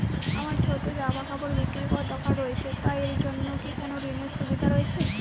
আমার ছোটো জামাকাপড় বিক্রি করার দোকান রয়েছে তা এর জন্য কি কোনো ঋণের সুবিধে রয়েছে?